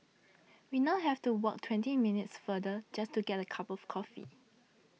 we now have to walk twenty minutes farther just to get a cup of coffee